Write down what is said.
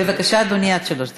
בבקשה, אדוני, עד שלוש דקות.